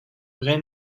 vrai